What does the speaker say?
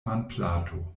manplato